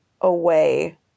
away